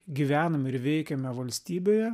gyvenam ir veikiame valstybėje